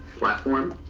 platform,